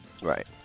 Right